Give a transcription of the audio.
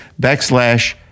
backslash